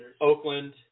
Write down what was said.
Oakland